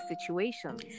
situations